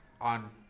on